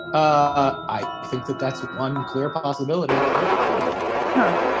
ah i think that that's one clear possibility yeah huh.